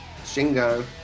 Shingo